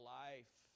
life